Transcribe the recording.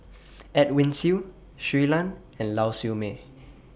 Edwin Siew Shui Lan and Lau Siew Mei